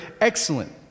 excellent